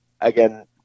again